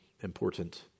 important